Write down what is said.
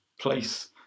place